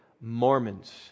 Mormons